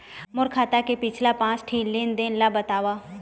मोर खाता के पिछला पांच ठी लेन देन ला बताव?